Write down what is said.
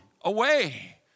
away